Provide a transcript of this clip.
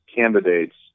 candidates